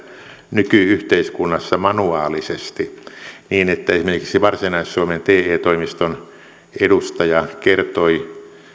nyky yhteiskunnassa manuaalisesti niin että esimerkiksi varsinais suomen te toimiston edustaja kertoi